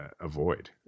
avoid